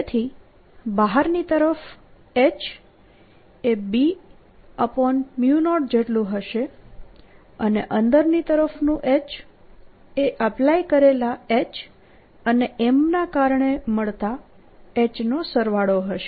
તેથી બહારની તરફ H એ B0 જેટલું હશે અને અંદરની તરફનું H એ એપ્લાય કરેલા H અને M ના કારણે મળતા H નો સરવાળો હશે